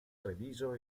treviso